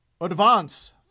Advance